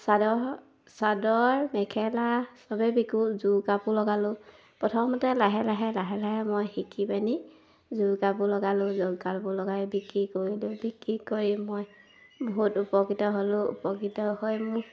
চাদৰ চাদৰ মেখেলা চবেই বিকোঁ যোৰ কাপোৰ লগালোঁ প্ৰথমতে লাহে লাহে লাহে লাহে মই শিকি পিনি যোৰ কাপোৰ লগালোঁ যোৰ কাপোৰ লগাই বিক্ৰী কৰিলোঁ বিক্ৰী কৰি মই বহুত উপকৃত হ'লোঁ উপকৃত হৈ মোক